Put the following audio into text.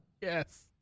Yes